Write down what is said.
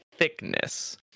thickness